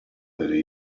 delle